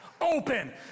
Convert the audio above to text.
open